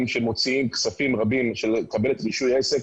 שמוציאים כספים רבים כדי לקבל רישוי עסק,